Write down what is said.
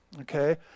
okay